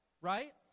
right